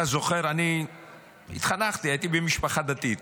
אני התחנכתי במשפחה דתית.